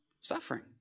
suffering